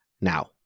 now